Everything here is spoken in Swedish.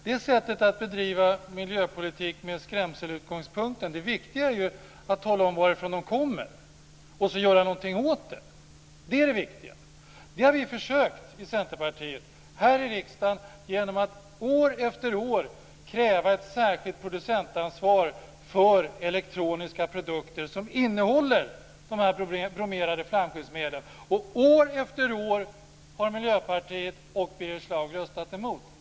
Det sättet att bedriva miljöpolitik på är med skrämselutgångspunkt. Det viktiga är ju att tala om varifrån medlen kommer och göra något åt dem. Det är det viktiga. Det har vi i Centerpartiet försökt här i riksdagen genom att år efter år kräva ett särskilt producentansvar för elektroniska produkter som innehåller de bromerade flamskyddsmedlen. År efter år har Miljöpartiet och Birger Schlaug röstat emot.